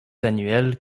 annuel